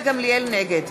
נגד